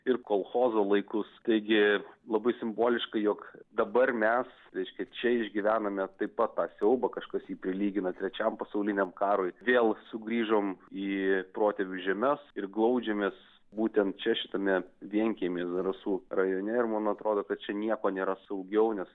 ir kolchozo laikus taigi labai simboliška jog dabar mes reiškia čia išgyvename taip pat tą siaubą kažkas jį prilygina trečiam pasauliniam karui vėl sugrįžom į protėvių žemes ir glaudžiamės būtent čia šitame vienkiemyje zarasų rajone ir man atrodo kad čia nieko nėra saugiau nes